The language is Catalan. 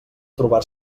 trobar